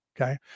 okay